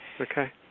Okay